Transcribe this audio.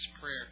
prayer